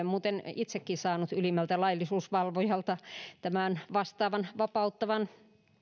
muuten itsekin saanut ylimmältä laillisuusvalvojalta tämän vastaavan vapauttavan